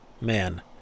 Man